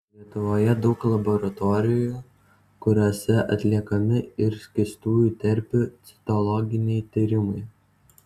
lietuvoje daug laboratorijų kuriose atliekami ir skystųjų terpių citologiniai tyrimai